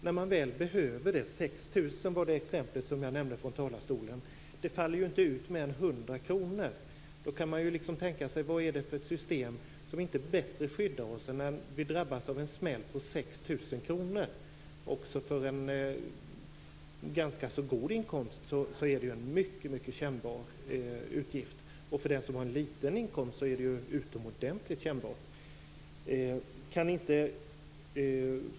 När man väl behöver det - 6 000 kr var det exempel jag nämnde från talarstolen - faller det inte ut mer än 100 kr. Då kan man fråga sig: Vad är det för ett system som inte bättre skyddar oss när vi drabbas av en smäll på 6 000 kr? Också med en ganska god inkomst är det en mycket kännbar utgift, och för den som har liten inkomst är det utomordentligt kännbart.